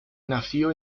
nació